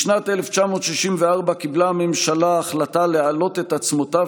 בשנת 1964 קיבלה הממשלה החלטה להעלות את עצמותיו